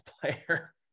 player